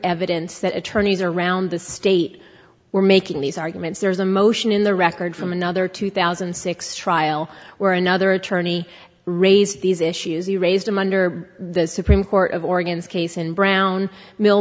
evidence that attorneys around the state were making these arguments there's a motion in the record from another two thousand and six trial where another attorney raised these issues he raised them under the supreme court of organs case in brown mill